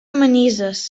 manises